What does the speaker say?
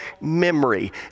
memory